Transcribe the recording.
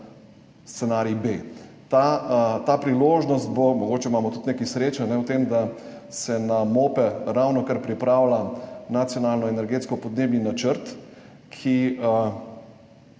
pa scenarij B. Ta priložnost bo. Mogoče imamo tudi nekaj sreče v tem, da se na MOPE ravnokar pripravlja nacionalni energetsko podnebni načrt,